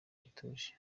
batuje